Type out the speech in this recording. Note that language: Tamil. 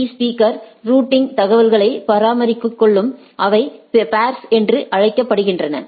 பீ ஸ்பீக்கர் ரூட்டிங் தகவல்களை பரிமாறிக்கொள்ளும் அவை போ்ஸ் என்று அழைக்கப்படுகின்றன